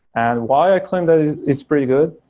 and why i claim that it's pretty good,